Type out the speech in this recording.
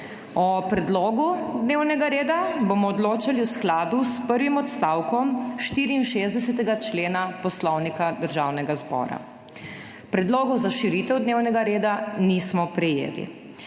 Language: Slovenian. O predlogu dnevnega reda bomo odločali v skladu s prvim odstavkom 64. člena Poslovnika Državnega zbora. Predlogov za širitev dnevnega reda nismo prejeli.